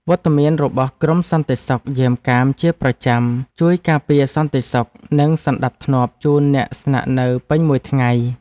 វត្តមានរបស់ក្រុមសន្តិសុខយាមកាមជាប្រចាំជួយការពារសន្តិសុខនិងសណ្តាប់ធ្នាប់ជូនអ្នកស្នាក់នៅពេញមួយថ្ងៃ។